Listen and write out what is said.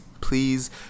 please